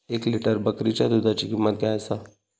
एक लिटर बकरीच्या दुधाची किंमत काय आसा?